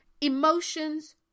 Emotions